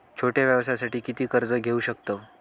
छोट्या व्यवसायासाठी किती कर्ज घेऊ शकतव?